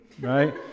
right